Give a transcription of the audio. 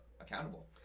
accountable